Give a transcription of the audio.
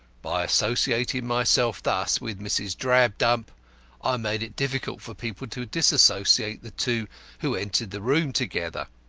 by associating myself thus with mrs. drabdump i made it difficult for people to dissociate the two who entered the room together.